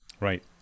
right